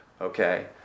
okay